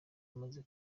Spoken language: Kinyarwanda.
maze